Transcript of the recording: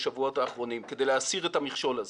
בשבועות האחרונים כדי להסיר את המכשול הזה.